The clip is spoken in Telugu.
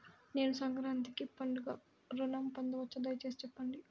నేను సంక్రాంతికి పండుగ ఋణం పొందవచ్చా? దయచేసి చెప్పండి?